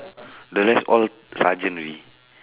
the rest all sergeant already